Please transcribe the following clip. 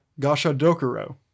Gashadokuro